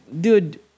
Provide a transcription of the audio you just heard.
dude